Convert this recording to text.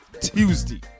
Tuesday